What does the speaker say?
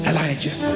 Elijah